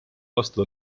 lasta